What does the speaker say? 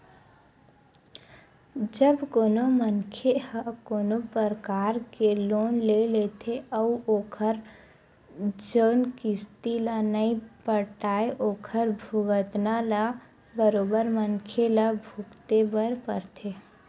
जब कोनो मनखे ह कोनो परकार के लोन ले लेथे अउ ओखर जउन किस्ती ल नइ पटाय ओखर भुगतना ल बरोबर मनखे ल भुगते बर परथे